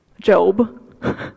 Job